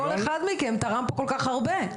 כל אחד מכם תרם כל כך הרבה למדינה הזו.